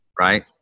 right